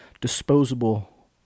disposable